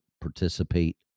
participate